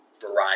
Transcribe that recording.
variety